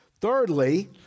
Thirdly